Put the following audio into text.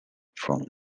from